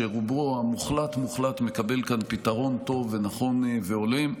שרובו המוחלט מקבל כאן פתרון טוב ונכון והולם.